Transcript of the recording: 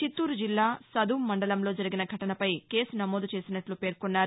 చిత్తూరు జిల్లా సదుం మండలంలో జరిగిన ఘటసపై కేసు నమోదు చేసినట్లు పేర్కొన్నారు